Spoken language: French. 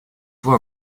voit